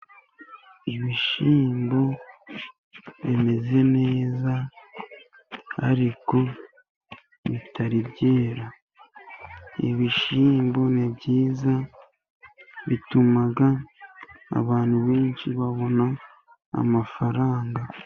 Ibishyimbo bimeze neza ariko bitari byera. Ibishyimbo ni byiza bituma abantu benshi babona amafaranga.